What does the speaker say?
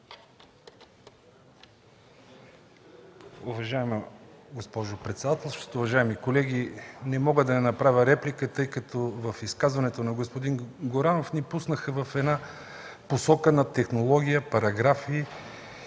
Уважаема госпожо председателстващ, уважаеми колеги! Не мога да не направя реплика, тъй като с изказването на господин Горанов ни пуснаха в една посока на технология, параграфи